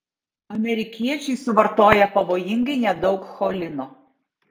amerikiečiai suvartoja pavojingai nedaug cholino